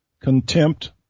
contempt